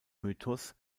mythos